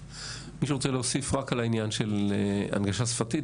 מישהו רוצה להוסיף רק על העניין של הנגשה שפתית?